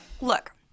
Look